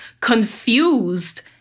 confused